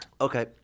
Okay